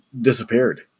disappeared